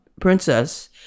Princess